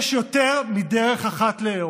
יש יותר מדרך אחת לאהוב.